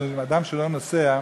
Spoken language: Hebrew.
אדם שלא נוסע,